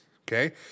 okay